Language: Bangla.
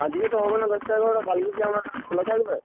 আজকে তো হবে না দশটা এগারোটা কালকে কি আপনারা খোলা থাকবেন